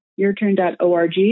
YourTurn.org